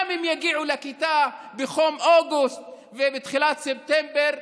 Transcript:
גם אם יגיעו לכיתה בחום אוגוסט ובתחילת ספטמבר,